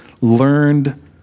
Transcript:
learned